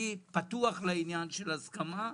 אני פתוח לעניין של הסכמה,